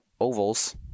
ovals